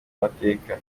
amateka